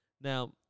now